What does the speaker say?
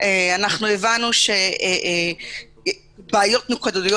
הבנו שבעיות נקודתיות